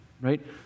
right